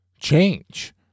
change